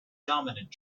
dominant